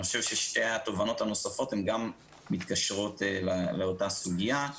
אני חושב ששתי התובנות הנוספות גם מתקשרות לאותה סוגיה.